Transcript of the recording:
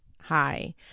Hi